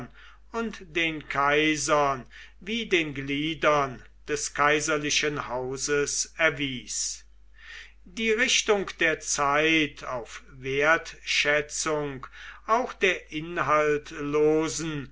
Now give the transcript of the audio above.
und den kaisern wie den gliedern des kaiserlichen hauses erwies die richtung der zeit auf wertschätzung auch der inhaltlosen